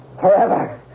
Forever